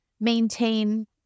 maintain